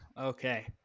Okay